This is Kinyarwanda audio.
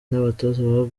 n’abatoza